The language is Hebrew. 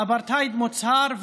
אפרטהייד מוצהר,